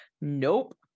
nope